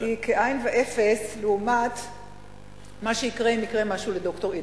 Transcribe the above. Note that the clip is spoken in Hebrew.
היא כאין וכאפס לעומת מה שיקרה אם יקרה משהו לד"ר אידלמן.